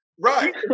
Right